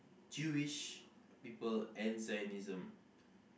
Jewish people and Zionism